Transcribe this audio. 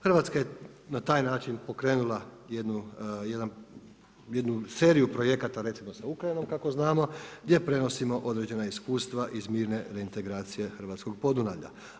Hrvatska je na taj način pokrenula jednu seriju projekata recimo sa Ukrajinom kako znamo gdje prenosimo određena iskustva iz mirne reintegracije Hrvatskog Podunavlja.